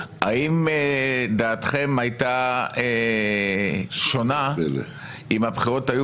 האם דעתכם הייתה שונה אם הבחירות היו